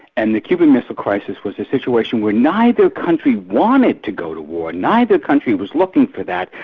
and the cuban missile crisis was a situation where neither country wanted to go to war, neither country was looking for that,